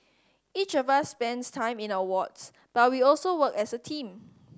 each of us spends time in our wards but we also work as a team